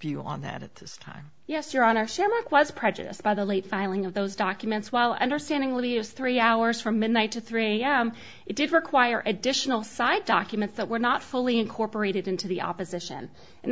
view on that at this time yes your honor samak was prejudiced by the late filing of those documents while i understanding leaves three hours from midnight to three am it did require additional side documents that were not fully incorporated into the opposition and